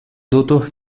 doutor